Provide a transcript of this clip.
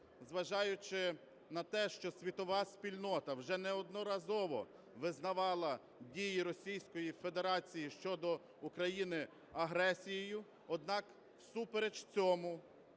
зважаючи на те, що світова спільнота вже неодноразово визначала дії Російської Федерації щодо України агресією, однак всупереч цьому